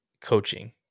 coaching